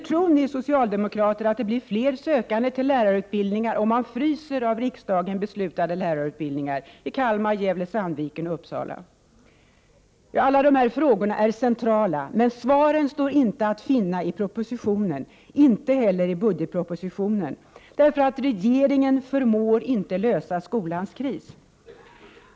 Tror ni socialdemokrater att det blir fler sökande till lärarutbildningar om man ”fryser” av riksdagen beslutade lärarutbildningar i Kalmar, Gävle/Sandviken och Uppsala? Alla dessa frågor är centrala. Men svaren står inte att finna i propositionen. Inte heller i budgetpropositionen. Regeringen förmår inte lösa skolans kris!